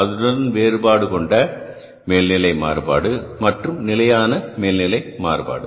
அதனுடன் வேறுபாடு கொண்ட மேல்நிலை மாறுபாடு மற்றும் நிலையான மேல்நிலை மாறுபாடு